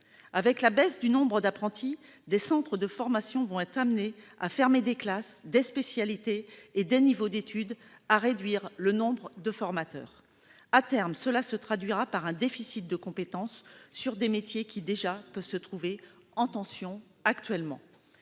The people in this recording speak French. Avec la baisse du nombre d'apprentis, des centres de formation vont être amenés à fermer des classes, des spécialités et des niveaux d'études et à réduire le nombre de formateurs. À terme, cela se traduira par un déficit de compétences pour des métiers qui déjà peuvent se trouver en tension actuellement.